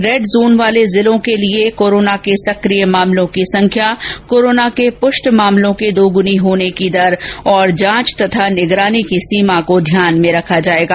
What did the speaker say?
red zone वाले जिलों के लिए कोरोना के सक्रिय मामलों की संख्या कोरोना के पुष्ट मामलों के दोगुनी होने की दर और जांच तथा निगरानी की सीमा को ध्यान में रखा जाएगा